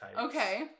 Okay